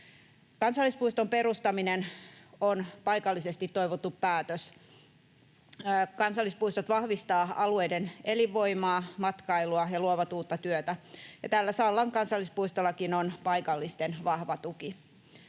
Kansallispuiston perustaminen on paikallisesti toivottu päätös. Kansallispuistot vahvistavat alueiden elinvoimaa, matkailua ja luovat uutta työtä, ja tällä Sallan kansallispuistollakin on paikallisten vahva tuki.